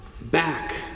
back